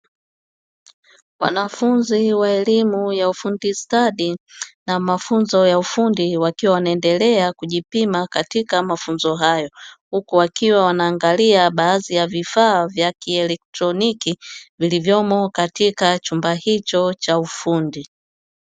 Wanafunzi wa elimu ya ufundi stadi na mafunzo ya ufundi, wakiwa wanaendelea kujipima katika mafunzo hayo, wakiwa wanaangalia baadhi ya vifaa vya kielektroniki vilivyomo katika chumba hicho cha ufundi.